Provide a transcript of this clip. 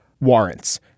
warrants